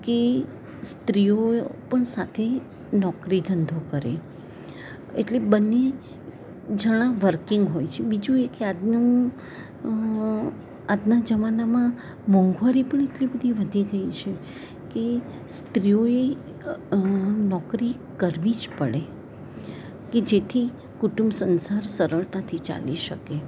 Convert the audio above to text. કે સ્ત્રીઓ પણ સાથે નોકરી ધંધો કરે એટલે બંને જણા વર્કિંગ હોય છે બીજું એ કે આજનું આજના જમાનામાં મોંઘવારી પણ એટલી બધી વધી ગઈ છે કે સ્ત્રીઓએ નોકરી કરવી જ પડે કે જેથી કુટુંબ સંસાર સરળતાથી ચાલી શકે